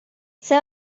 see